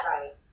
Right